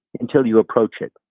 until you approach it.